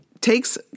takes